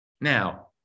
Now